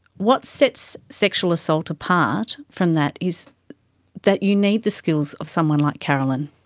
what sets sexual assault apart from that is that you need the skills of someone like carolyn.